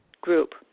Group